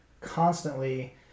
constantly